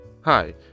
Hi